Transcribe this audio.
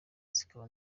zikaba